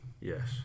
Yes